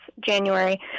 January